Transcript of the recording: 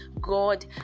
God